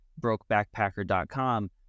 BrokeBackpacker.com